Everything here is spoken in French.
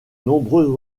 nombreux